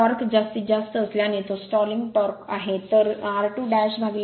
torque जास्तीत जास्त असल्याने तो स्टॉलिंग टॉर्क उजवीकडे आहे